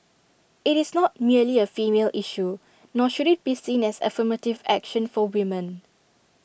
IT is not merely A female issue nor should IT be seen as affirmative action for women